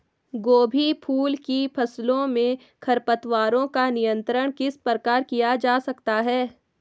गोभी फूल की फसलों में खरपतवारों का नियंत्रण किस प्रकार किया जा सकता है?